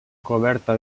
coberta